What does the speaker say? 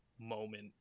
moment